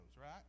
right